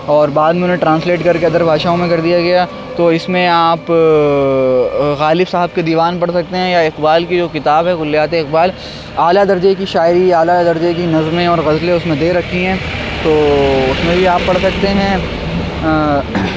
اور بعد میں انہوں نے ٹرانسلیٹ کر کے ادر بھاشاؤں میں کر دیا گیا تو اس میں آپ غالب صاحب کے دیوان پڑھ سکتے ہیں یا اقبال کی جو کتاب ہے کلیات اقبال اعلیٰ درجے کی شاعری اعلیٰ درجے کی نظمیں اور غزلیں اس میں دے رکھی ہیں تو اس میں بھی آپ پڑھ سکتے ہیں